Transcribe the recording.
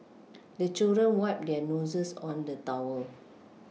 the children wipe their noses on the towel